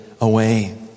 away